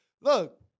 Look